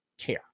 care